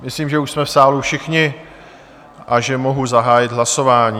Myslím, že už jsme v sále všichni a že mohu zahájit hlasování.